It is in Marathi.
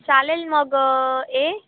चालेल मग ए